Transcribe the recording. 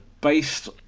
Based